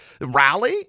rally